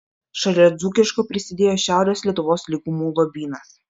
šalia dzūkiško prisidėjo šiaurės lietuvos lygumų lobynas